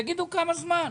תגידו כמה זמן.